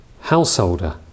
Householder